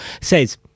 says